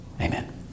Amen